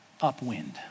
upwind